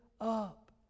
up